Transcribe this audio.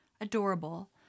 adorable